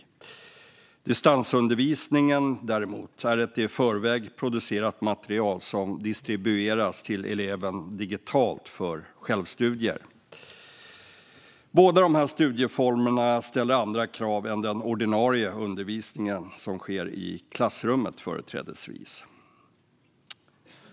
I distansundervisningen används däremot ett i förväg producerat material som distribueras till eleven digitalt för självstudier. Båda dessa studieformer ställer andra krav än den ordinarie undervisningen, som företrädesvis sker i klassrummet.